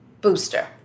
booster